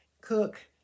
cook